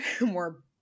more